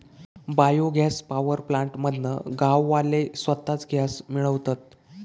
bio gas power plant मधना गाववाले स्वताच गॅस मिळवतत